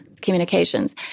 communications